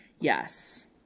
Yes